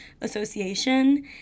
association